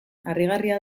harrigarria